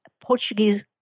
Portuguese